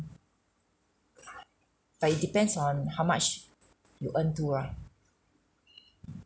but it depends on how much you earn too ah